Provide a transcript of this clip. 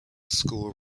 school